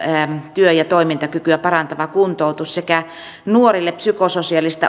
työ ja toimintakykyä parantava kuntoutus sekä nuorille psykososiaalisia